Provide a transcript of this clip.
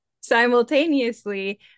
Simultaneously